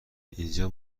اینجا